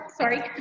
sorry